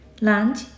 lunch